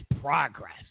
progress